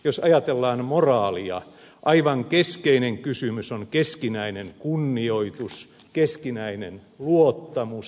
jos ajatellaan moraalia aivan keskeinen kysymys on keskinäinen kunnioitus keskinäinen luottamus